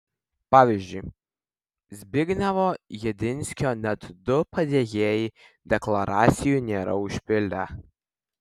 pavyzdžiui zbignevo jedinskio net du padėjėjai deklaracijų nėra užpildę